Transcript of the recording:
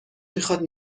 میخواد